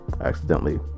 accidentally